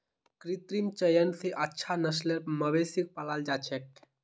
कृत्रिम चयन स अच्छा नस्लेर मवेशिक पालाल जा छेक